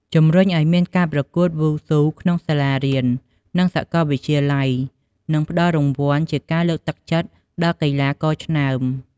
ជំរុញឲ្យមានការប្រកួតវ៉ូស៊ូក្នុងសាលារៀន និងសាកលវិទ្យាល័យនឹងផ្ដល់រង្វាន់ជាការលើកទឹកចិត្តដល់កីឡាករឆ្នើម។